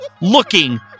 looking